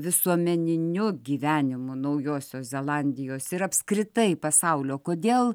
visuomeniniu gyvenimu naujosios zelandijos ir apskritai pasaulio kodėl